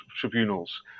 tribunals